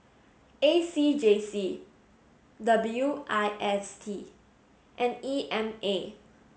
A C J C W I S T and E M A